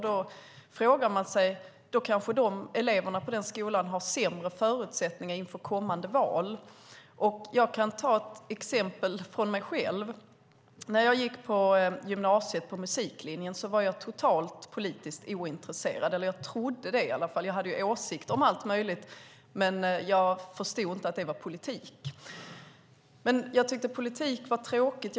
Då frågar man sig om eleverna på de skolorna har sämre förutsättningar inför kommande val. Jag kan ta ett exempel - mig själv. När jag gick på gymnasiet, på musiklinjen, var jag totalt politiskt ointresserad. Jag trodde i alla fall det; jag hade åsikter om allt möjligt, men jag förstod inte att det var politik. Jag tyckte att politik var tråkigt.